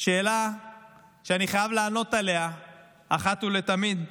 שאלה שאני חייב לענות עליה אחת ולתמיד: